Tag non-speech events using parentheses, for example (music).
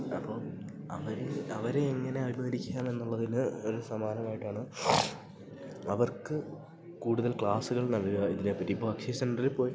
അപ്പം അവർ അവരെ എങ്ങനെ (unintelligible) എന്നുള്ളതിന് ഒരു സമാനമായിട്ടാണ് അവർക്ക് കൂടുതൽ ക്ലാസ്സുകൾ നൽകുക ഇതിനെപ്പറ്റി ഇപ്പം അക്ഷയ സെൻ്ററിൽപ്പോയി